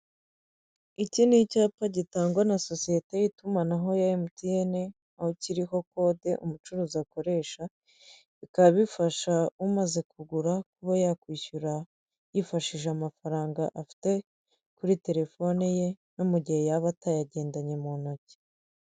Iki ni icyapa gitangwa na sosiyete y'itumanaho ya emutiyene aho kiriho kode umucuruzi akoresha bikaba bifasha umaze kugura kuba yakwishyura yifashishije amafaranga afite kuri telefone ye no mu gihe yaba atayagendanye mu ntoki.